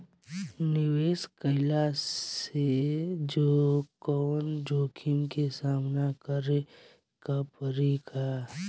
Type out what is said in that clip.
निवेश कईला से कौनो जोखिम के सामना करे क परि का?